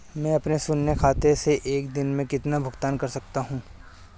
मैं अपने शून्य खाते से एक दिन में कितना भुगतान कर सकता हूँ?